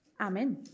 Amen